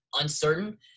uncertain